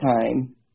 time